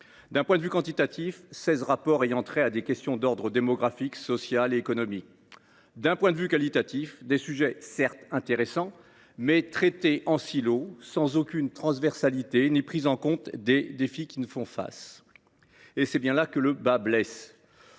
D’un point de vue quantitatif, seize rapports ont trait à des questions d’ordre démographique, social et économique. D’un point de vue qualitatif, on retrouve des sujets certes intéressants, mais traités en silo, sans aucune transversalité ni prise en compte des défis qui nous font face. C’est d’ailleurs bien là que le bât blesse